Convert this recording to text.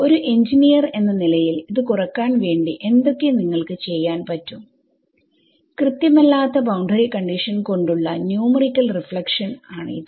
ഒരു എഞ്ചിനീയർ എന്ന നിലയിൽ ഇത് കുറക്കാൻ വേണ്ടി എന്തൊക്കെ നിങ്ങൾക്ക് ചെയ്യാൻ പറ്റും കൃത്യമല്ലാത്ത ബൌണ്ടറി കണ്ടിഷൻ കൊണ്ടുള്ള ന്യൂമറിക്കൽ റീഫ്ലക്ഷൻ ആണ് ഇത്